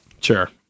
Sure